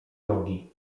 nogi